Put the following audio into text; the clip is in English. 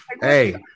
Hey